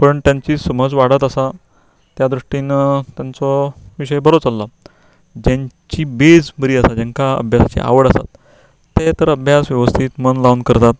पण तांची समज वाडत आसा त्या दृश्टीन तेंचो विशय बरो चल्ला तेंची बॅज बरी आसा तांकां अभ्यासाची आवड आसात ते तर अभ्यास वेवस्थीत मन लावन करतात